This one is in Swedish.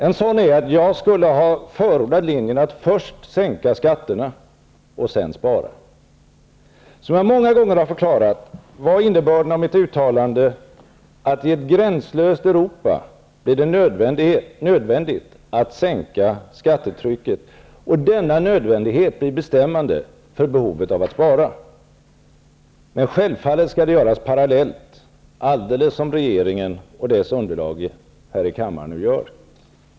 En sådan är att jag skulle ha förordat linjen att först sänka skatterna och sedan spara. Som jag många gånger har förklarat var innebörden av mitt utalande, att det i ett gränslöst Europa blir nödvändigt att sänka skattetrycket. Denna nödvändighet blir bestämmande för behovet att spara. Men självfallet skall detta göras parallellt, alldeles som regeringen och dess underlag här i kammaren nu gör.